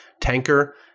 tanker